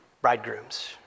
bridegrooms